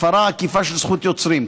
1. הפרה עקיפה של זכות יוצרים,